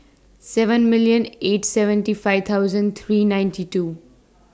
seven million eight seventy five thousand three ninety two